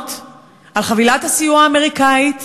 להבנות על חבילת הסיוע האמריקאית